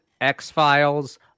X-Files